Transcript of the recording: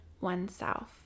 oneself